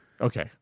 Okay